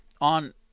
on